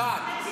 אחת.